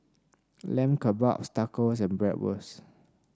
Lamb Kebabs Tacos and Bratwurst